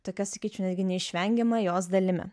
tokia sakyčiau netgi neišvengiama jos dalimi